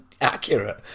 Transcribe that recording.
accurate